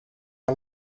the